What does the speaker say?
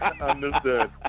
Understood